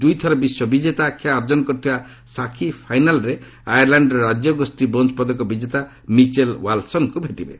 ଦ୍ରଇଥର ବିଶ୍ୱବିଜେତା ଆଖ୍ୟା ଅର୍ଜନ କରିଥିବା ସାକ୍ଷୀ ଫାଇନାଲ୍ରେ ଆୟାର୍ଲ୍ୟାଣ୍ଡର ରାକ୍ୟଗୋଷ୍ଠୀ ବ୍ରୋଞ୍ଜ ପଦକ ବିଜେତା ମିଚେଲ୍ ଓ୍ୱାଲ୍ସଙ୍କୁ ଭେଟିବେ